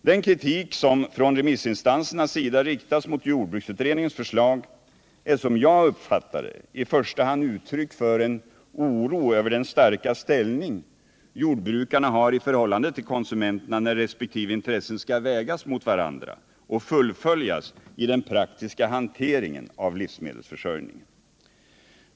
Den kritik som från remissinstansernas sida riktas mot jordbruksutredningens förslag är, som jag uppfattar det, i första hand uttryck för en oro över den starka ställning jordbrukarna har i förhållande till konsumenterna när respektive intressen skall vägas mot varandra och fullföljas i den praktiska hanteringen av livsmedelsförsörjningen.